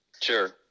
Sure